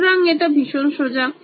সুতরাং এটি ভীষণ সোজা